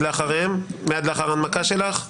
מיד לאחר ההנמקה שלך,